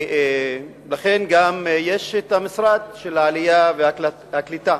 לכן גם יש את המשרד של העלייה והקליטה.